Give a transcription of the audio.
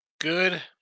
Good